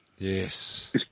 Yes